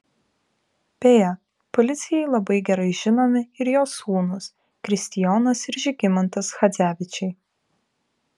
beje policijai labai gerai žinomi ir jo sūnūs kristijonas ir žygimantas chadzevičiai